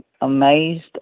amazed